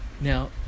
Now